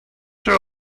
się